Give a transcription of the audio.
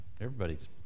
everybody's